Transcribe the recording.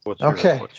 Okay